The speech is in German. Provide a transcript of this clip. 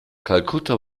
kalkutta